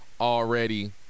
already